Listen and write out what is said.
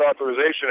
Authorization